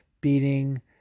Beating